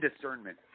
discernment